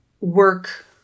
work